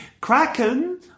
kraken